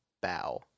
bow